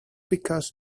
because